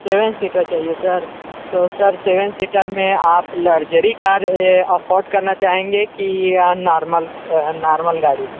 seven seater चाहिए sir तो sir seven seater में आप लग्जरी कार अफोर्ड करना चाहेंगे की नॉर्मल नॉर्मल गाड़ी